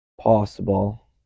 possible